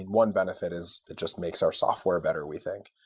one benefit is it just makes our software better, we think.